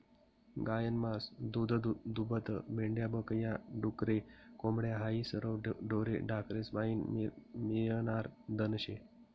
गायनं मास, दूधदूभतं, मेंढ्या बक या, डुकरे, कोंबड्या हायी सरवं ढोरे ढाकरेस्पाईन मियनारं धन शे